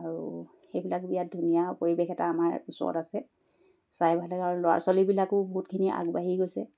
আৰু সেইবিলাক বিৰাত ধুনীয়া পৰিৱেশ এটা আমাৰ ওচৰত আছে চাই ভাল লাগে আৰু ল'ৰা ছোৱালীবিলাকো বহুতখিনি আগবাঢ়ি গৈছে